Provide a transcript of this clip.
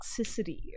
toxicity